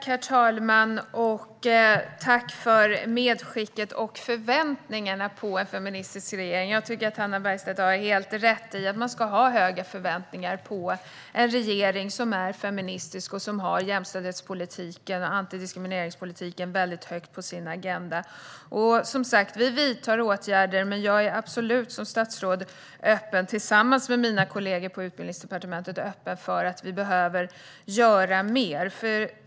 Herr talman! Jag tackar för medskicket och förväntningarna på en feministisk regering. Jag tycker att Hannah Bergstedt har helt rätt i att man ska ha höga förväntningar på en regering som är feministisk och som har jämställdhetspolitiken och antidiskrimineringspolitiken väldigt högt på sin agenda. Som sagt: Vi vidtar åtgärder. Jag som statsråd är dock - tillsammans med mina kollegor på Utbildningsdepartementet - öppen för att vi behöver göra mer.